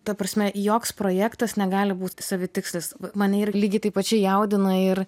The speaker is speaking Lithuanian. ta prasme joks projektas negali būt savitikslis mane ir lygiai taip pačiai jaudina ir